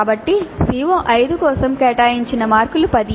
కాబట్టి CO5 కోసం కేటాయించిన మార్కులు 10